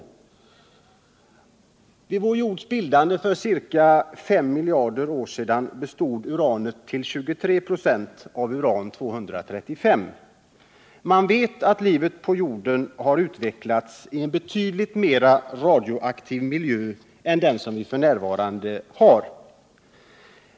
Vid jordens bildande för ca 5 miljarder år sedan bestod uranet till 23 96 av uran-235. Man vet att livet på jorden har utvecklats i en betydligt mer radioaktiv miljö än den vi nu har.